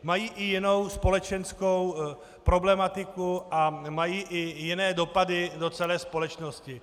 Mají i jinou společenskou problematiku a mají i jiné dopady do celé společnosti.